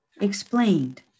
explained